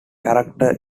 character